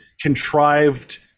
contrived